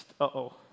Uh-oh